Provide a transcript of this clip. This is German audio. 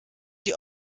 die